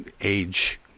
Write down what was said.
age